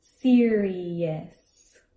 Serious